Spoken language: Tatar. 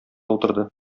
утырды